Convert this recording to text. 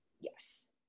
Yes